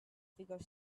figure